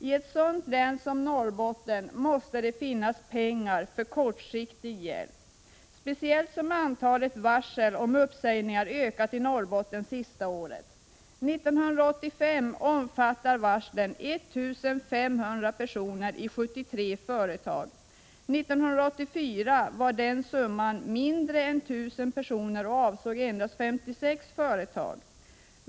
I ett län som Norrbotten måste det finnas pengar för kortsiktig hjälp, speciellt som antalet varsel om uppsägningar senaste året ökat i Norrbotten. 1985 omfattar varslen 1 500 personer i 73 företag. 1984 var motsvarande siffra mindre än 1 000 personer och avsåg endast 56 företag.